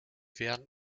werden